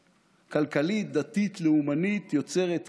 כלכלית, דתית, לאומנית, יוצרת כאוס,